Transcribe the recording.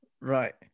Right